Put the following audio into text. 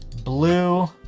blue,